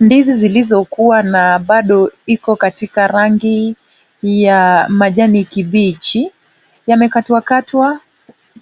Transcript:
Ndizi zilizokuwa na bado iko katika rangi ya majani kibichi. Yamekatwakatwa